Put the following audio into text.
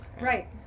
right